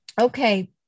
Okay